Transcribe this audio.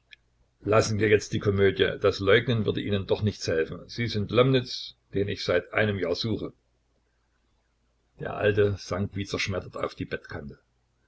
lassen wir jetzt die komödie das leugnen würde ihnen doch nichts helfen sie sind lomnitz den ich seit einem jahr suche der alte sank wie zerschmettert auf die bettkante